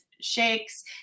shakes